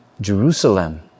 Jerusalem